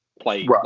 play